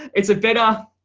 it's a bit off.